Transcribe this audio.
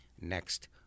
next